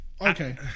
okay